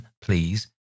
please